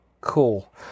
cool